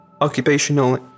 occupational